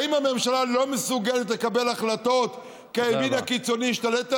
האם הממשלה לא מסוגלת לקבל החלטות כי הימין הקיצוני השתלט עליה,